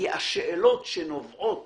כי השאלות ש נובעות